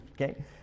Okay